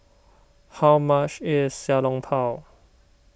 how much is Xiao Long Bao